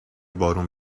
بارون